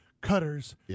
cutters